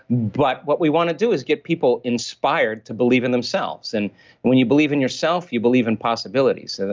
but what we want to do is get people inspired to believe in themselves. and when you believe in yourself, you believe in possibilities. so